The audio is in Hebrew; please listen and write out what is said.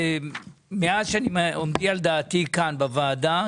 מאז שאני עומד על דעתי כאן בוועדה,